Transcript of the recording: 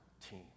team